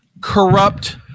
corrupt